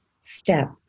step